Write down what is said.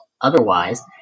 otherwise